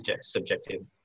subjective